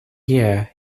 year